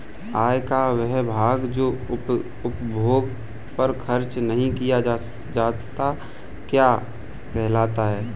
आय का वह भाग जो उपभोग पर खर्च नही किया जाता क्या कहलाता है?